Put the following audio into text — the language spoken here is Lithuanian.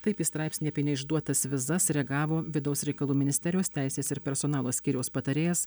taip į straipsnį apie neišduotas vizas reagavo vidaus reikalų ministerijos teisės ir personalo skyriaus patarėjas